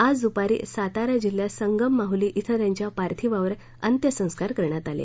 आज दुपारी सातारा जिल्ह्यात संगम माहली अं त्यांच्या पार्थिवावर अंत्यसंस्कार करण्यात आले